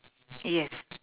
yes